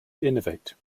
innovate